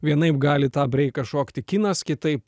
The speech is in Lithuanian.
vienaip gali tą breiką šokti kinas kitaip